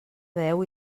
veu